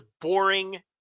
boring